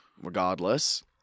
Regardless